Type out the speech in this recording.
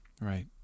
right